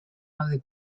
nove